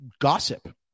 gossip